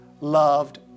loved